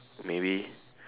maybe